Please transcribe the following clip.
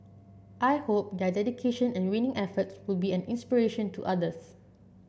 I hope their dedication and winning efforts will be an inspiration to others